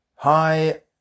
Hi